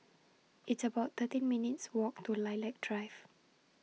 It's about thirteen minutes' Walk to Lilac Drive